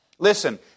Listen